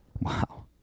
Wow